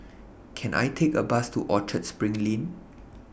Can I Take A Bus to Orchard SPRING Lane